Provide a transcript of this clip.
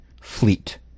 fleet